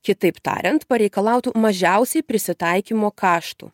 kitaip tariant pareikalautų mažiausiai prisitaikymo kaštų